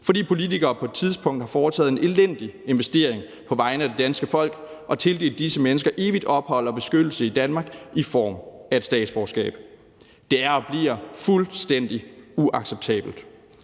fordi politikere på et tidspunkt har foretaget en elendig investering på vegne af det danske folk, nemlig ved at tildele disse mennesker evigt ophold og beskyttelse i Danmark i form af et statsborgerskab. Det er og bliver fuldstændig uacceptabelt.